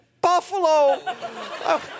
Buffalo